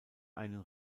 einen